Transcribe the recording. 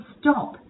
stop